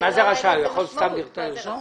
אין לזה משמעות.